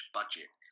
budget